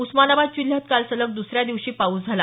उस्मानाबाद जिल्ह्यात काल सलग दुसऱ्या दिवशी पाऊस पडला